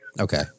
Okay